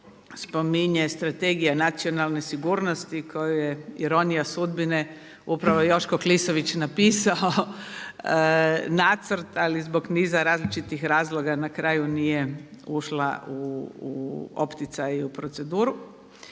spominje strategija nacionalne sigurnosti koju je ironija sudbine upravo Joško Klisović napisao nacrt ali zbog niza različitih razloga na kraju nije ušla u opticaj i u proceduru.